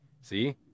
see